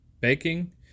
baking